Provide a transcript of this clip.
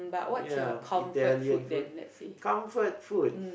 yeah Italian food comfort foods